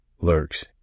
lurks